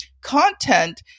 content